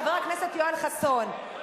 חבר הכנסת יואל חסון,